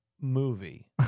movie